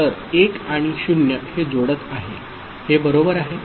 तर 1 आणि 0 हे जोडत आहे हे बरोबर आहे